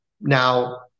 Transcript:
Now